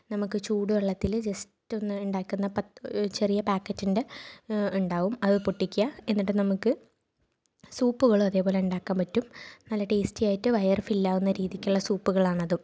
നമുക്ക് ചൂട് വെള്ളത്തിൽ ജസ്റ്റ് ഒന്ന് ഉണ്ടാക്കുന്ന പത് ചെറിയ പായ്ക്കറ്റിന്റെ ഉണ്ടാകും അത് പൊട്ടിക്കുക എന്നിട്ട് നമുക്ക് സൂപ്പുകളും അതേപോലെ ഉണ്ടാക്കാന് പറ്റും നല്ല ടേസ്റ്റി ആയിട്ട് വയര് ഫില് ആകുന്ന രീതിക്കുള്ള സൂപ്പുകളാണതും